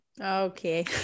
okay